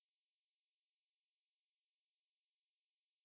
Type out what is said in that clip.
and I was like dey என்ன:enna dah